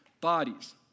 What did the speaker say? bodies